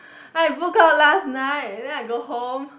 I book out last night then I go home